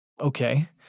Okay